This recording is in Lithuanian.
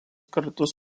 kartus